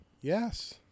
Yes